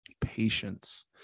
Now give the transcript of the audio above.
patience